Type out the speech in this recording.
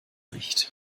nicht